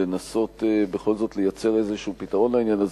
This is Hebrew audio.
לנסות בכל זאת לייצר איזה פתרון לעניין הזה.